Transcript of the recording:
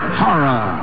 horror